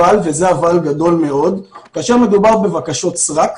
אבל, וזה אבל גדול מאוד, כאשר מדובר בבקשות סרק,